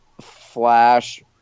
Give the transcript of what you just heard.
flash